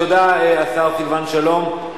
תודה, השר סילבן שלום.